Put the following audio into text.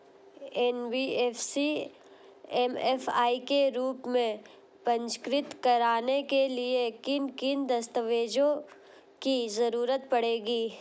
NBFC MFI के रूप में पंजीकृत कराने के लिए किन किन दस्तावेजों की जरूरत पड़ेगी?